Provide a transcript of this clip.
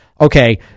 okay